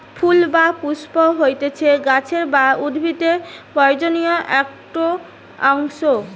ফুল বা পুস্প হতিছে গাছের বা উদ্ভিদের প্রজনন একটো অংশ